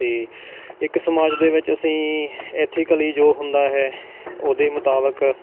ਅਤੇ ਇੱਕ ਸਮਾਜ ਦੇ ਵਿੱਚ ਅਸੀਂ ਏਥੀਕਲੀ ਜੋ ਹੁੰਦਾ ਹੈ ਓਹਦੇ ਮੁਤਾਬਕ